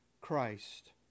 Christ